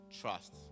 trust